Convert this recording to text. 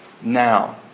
now